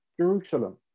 Jerusalem